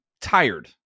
tired